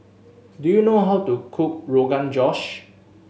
do you know how to cook Rogan Josh